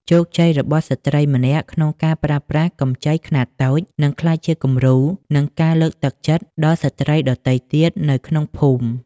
ជោគជ័យរបស់ស្ត្រីម្នាក់ក្នុងការប្រើប្រាស់កម្ចីខ្នាតតូច នឹងក្លាយជាគំរូ និងការលើកទឹកចិត្តដល់ស្ត្រីដទៃទៀតនៅក្នុងភូមិ។